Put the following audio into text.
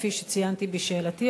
כפי שציינתי בשאלתי,